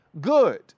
good